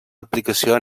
aplicació